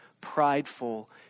prideful